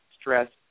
stress